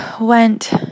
went